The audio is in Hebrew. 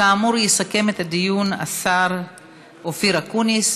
כאמור, יסכם את הדיון השר אופיר אקוניס.